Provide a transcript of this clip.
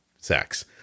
sex